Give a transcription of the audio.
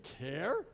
care